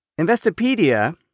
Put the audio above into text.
Investopedia